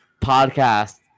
podcast